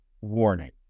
warning